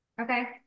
Okay